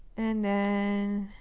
and then